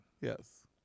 Yes